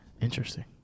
interesting